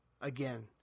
again